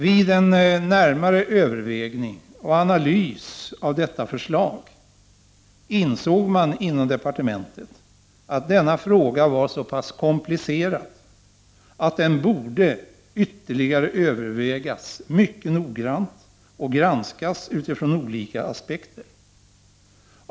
Vid närmare övervägande och analys av detta förslag insåg man inom departementet att denna fråga var så pass komplicerad att den borde ytterligare övervägas mycket noggrant och granskas utifrån olika aspekter.